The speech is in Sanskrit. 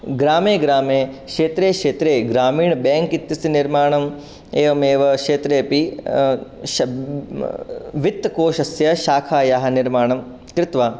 ग्रामे ग्रामे क्षेत्रे क्षेत्रे ग्रामीणबेङ्क् इत्यस्य निर्माणम् एवमेव क्षेत्रे अपि वित्तकोषस्य शाखायाः निर्माणं कृत्वा